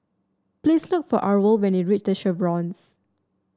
please look for Arvel when you reach The Chevrons